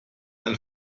ein